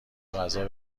غذا